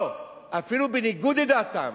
או אפילו בניגוד לדעתם,